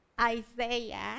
Isaiah